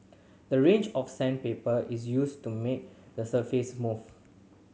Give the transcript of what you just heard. the range of sandpaper is used to make the surface smooth